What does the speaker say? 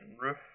Roof